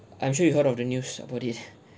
I'm sure you've heard of the news about it